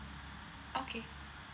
okay